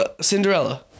Cinderella